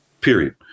period